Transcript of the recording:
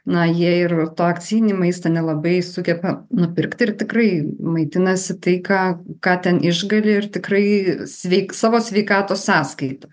na jie ir tą akcijinį maistą nelabai sugeba nupirkti ir tikrai maitinasi tai ką ką ten išgali ir tikrai savo sveikatos sąskaita